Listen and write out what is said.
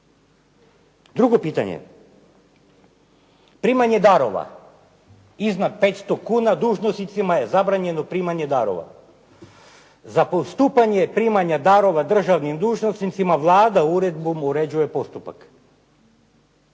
Drugo pitanje. Primanje darova, iznad 500 kuna dužnosnicima je zabranjeno primanje darova. Za postupanje primanja darova državnim dužnosnicima Vlada uredbom uređuje postupak.